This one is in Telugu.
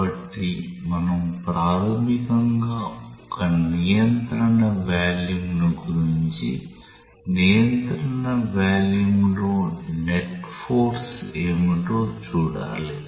కాబట్టి మనం ప్రాథమికంగా ఒక నియంత్రణ వాల్యూమ్ను గుర్తించి నియంత్రణ వాల్యూమ్లో నెట్ ఫోర్స్ ఏమిటో చూడాలి